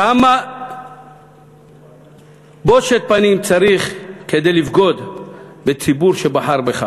כמה בושת פנים צריך כדי לבגוד בציבור שבחר בך?